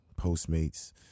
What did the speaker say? Postmates